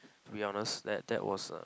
be honest that that was a